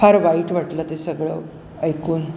फार वाईट वाटलं ते सगळं ऐकून